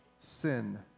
sin